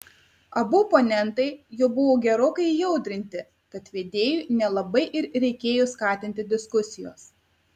abu oponentai jau buvo gerokai įaudrinti tad vedėjui nelabai ir reikėjo skatinti diskusijos